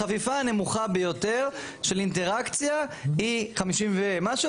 החפיפה הנמוכה ביותר של אינטראקציה היא 50 ומשהו,